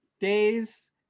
days